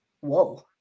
whoa